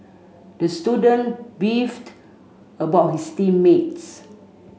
the student beefed about his team mates